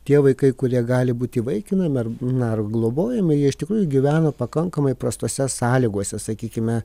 tie vaikai kurie gali būti įvaikinami ar na ar globojami jie iš tikrųjų gyveno pakankamai prastose sąlygose sakykime